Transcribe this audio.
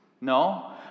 no